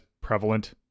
prevalent